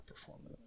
performance